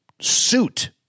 suit